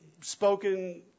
spoken